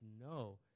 No